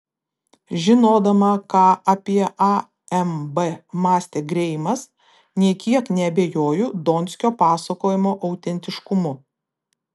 žinodama ką apie amb mąstė greimas nė kiek neabejoju donskio pasakojimo autentiškumu